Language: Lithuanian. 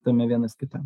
tame vienas kitam